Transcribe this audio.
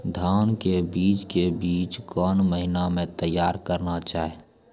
धान के बीज के बीच कौन महीना मैं तैयार करना जाए?